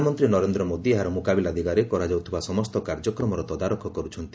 ପ୍ରଧାନମନ୍ତ୍ରୀ ନରେନ୍ଦ୍ର ମୋଦି ଏହାର ମ୍ରକାବିଲା ଦିଗରେ କରାଯାଉଥିବା ସମସ୍ତ କାର୍ଯ୍ୟକ୍ରମର ତଦାରଖ କର୍ରଛନ୍ତି